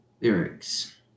lyrics